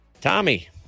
Tommy